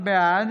בעד